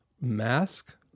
mask